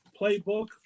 playbook